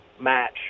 match